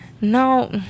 No